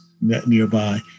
nearby